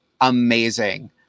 amazing